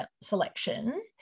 selection